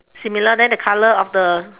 similar then the color of the